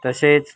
तसेच